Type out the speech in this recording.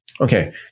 Okay